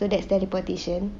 so that's teleportation